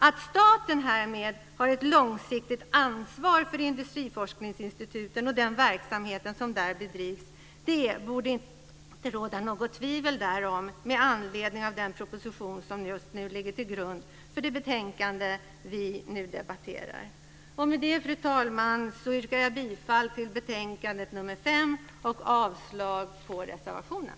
Att staten härmed tar ett långsiktigt ansvar för industriforskningsinstituten och den verksamhet som där bedrivs borde det inte råda något tvivel om med anledning av den proposition som ligger till grund för det betänkande som vi nu debatterar. Med det, fru talman, yrkar jag bifall till förslaget i betänkande nr 5 och avslag på reservationen.